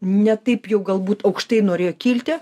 ne taip jau galbūt aukštai norėjo kilti